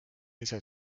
ise